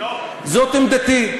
זאת עמדתי.